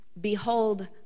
Behold